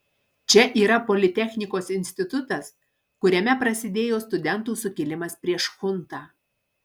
čia yra politechnikos institutas kuriame prasidėjo studentų sukilimas prieš chuntą